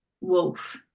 wolf